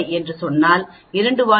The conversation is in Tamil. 05 என்று சொன்னால் 2 வால் முற்றிலும் 0